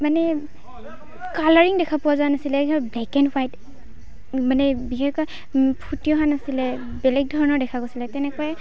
মানে কালাৰিং দেখা পোৱা যোৱা নাছিলে ব্লেক এণ্ড হোৱাইট মানে বিশেষকৈ ফুটি অহা নাছিলে বেলেগ ধৰণৰ দেখা গৈছিলে তেনেকৈয়ে